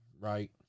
right